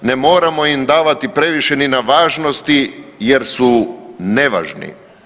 Ne moramo im davati previše ni na važnosti jer su nevažni.